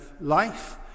life